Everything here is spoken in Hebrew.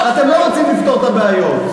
אתם לא רוצים לפתור את הבעיות.